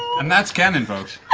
and that's canon, folks.